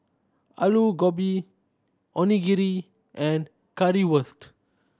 Alu Gobi Onigiri and Currywurst